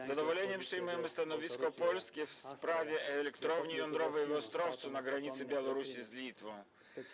Z zadowoleniem przyjmujemy stanowisko Polski w sprawie elektrowni jądrowej w Ostrowcu na granicy Białorusi z Litwą.